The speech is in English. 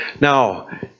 Now